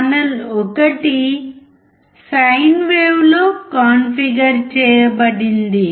channel 1 sine వేవ్లో configure చేయబడింది